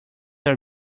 are